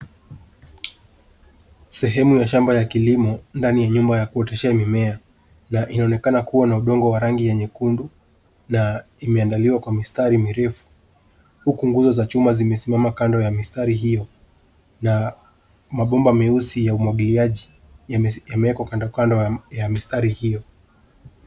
Sehemu ya shamba ya kilimo ndani ya nyumba ya kuoteshea mimea, na inaonekana kuwa na udongo wa rangi ya nyekundu na imeandaliwa kwa mistari mirefu huku nguzo za chuma zimesimama kando ya mistari hiyo na mabomba meusi ya umwagiliaji yamewekwa kando kando ya mistari hiyo.